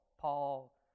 Paul